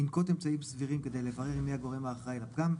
ינקוט אמצעים סבירים כדי לברר מי הגורם האחראי לפגם,